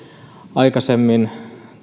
aikaisemmin